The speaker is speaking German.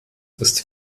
ist